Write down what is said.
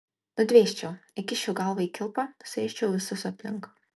nudvėsčiau įkiščiau galvą į kilpą suėsčiau visus aplink